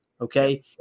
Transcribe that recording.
Okay